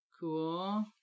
Cool